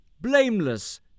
blameless